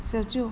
小舅